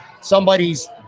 somebody's